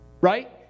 Right